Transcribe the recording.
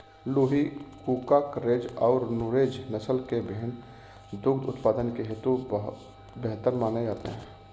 लूही, कूका, गरेज और नुरेज नस्ल के भेंड़ दुग्ध उत्पादन हेतु बेहतर माने जाते हैं